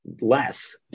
less